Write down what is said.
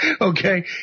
Okay